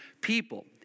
people